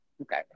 Okay